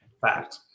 Fact